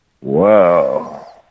Wow